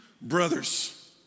brothers